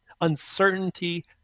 uncertainty